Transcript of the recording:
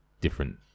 different